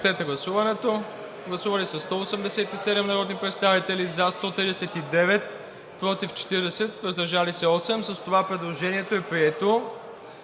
на гласуване. Гласували 174 народни представители: за 172, против 1, въздържал се 1. С това предложението е прието.